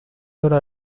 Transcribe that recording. hora